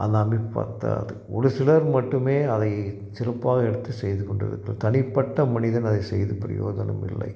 அந்த அமைப்பு பற்றாது ஒரு சிலர் மட்டுமே அதை சிறப்பாக எடுத்து செய்து கொண்டு இருக்கார் தனிப்பட்ட மனிதன் அதை செய்து பிரயோஜனம் இல்லை